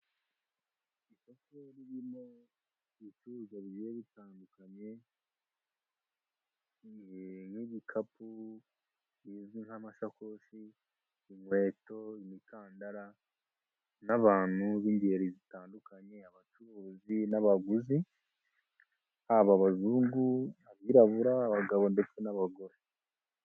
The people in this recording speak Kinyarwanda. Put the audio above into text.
Isoko ririmo ibicuruzwa bigiye bitandukanye nk'ibikapu bizwi nk'amashakoshi, inkweto, imikandara n'abantu b'ingeri zitandukanye, abacuruzi n'abaguzi haba abazungu, abirabura, abagabo ndetse n'abagore.